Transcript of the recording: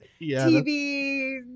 TV